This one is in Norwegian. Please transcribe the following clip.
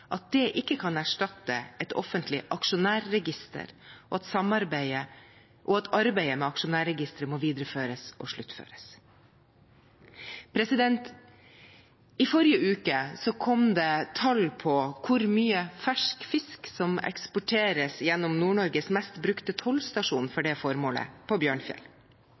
at det ikke kan erstatte et offentlig aksjonærregister, og at arbeidet med aksjonærregisteret må videreføres og sluttføres. I forrige uke kom det tall på hvor mye fersk fisk som eksporteres gjennom Nord-Norges mest brukte tollstasjon til det formålet på Bjørnfjell.